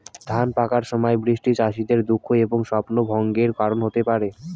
ধান পাকার সময় বৃষ্টি চাষীদের দুঃখ এবং স্বপ্নভঙ্গের কারণ হতে পারে